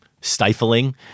stifling